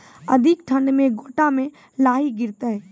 अधिक ठंड मे गोटा मे लाही गिरते?